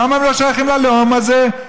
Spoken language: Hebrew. למה הם לא שייכים ללאום הזה?